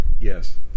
Yes